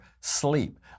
sleep